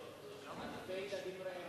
אלפי ילדים רעבים,